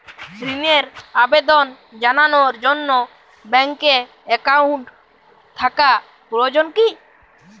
ঋণের আবেদন জানানোর জন্য ব্যাঙ্কে অ্যাকাউন্ট থাকা প্রয়োজন কী?